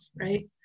right